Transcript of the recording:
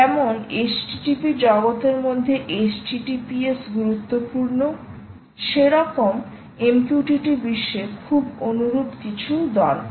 যেমন HTTP জগতের মধ্যে HTTPS গুরুত্বপূর্ণ সেরকম MQTT বিশ্বে খুব অনুরূপ কিছু দরকার